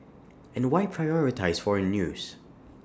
and why prioritise foreign news